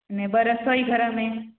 अने ॿ रसोई घर में